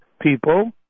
people